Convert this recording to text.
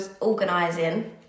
organising